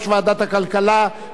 יציג הצעת חוק זו,